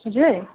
हजुर